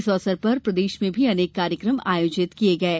इस अवसर पर प्रदेश में भी अनेक कार्यक्रम आयोजित किये गये